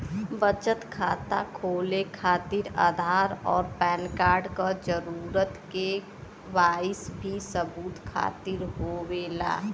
बचत खाता खोले खातिर आधार और पैनकार्ड क जरूरत के वाइ सी सबूत खातिर होवेला